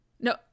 no